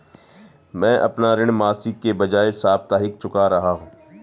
मैं अपना ऋण मासिक के बजाय साप्ताहिक चुका रहा हूँ